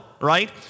right